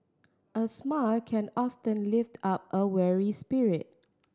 a smile can often lift up a weary spirit